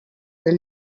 will